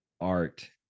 art